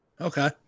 Okay